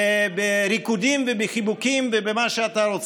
ובריקודים ובחיבוקים ובמה שאתה רוצה,